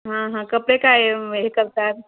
हां हां कपडे काय हे करतात